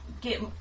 get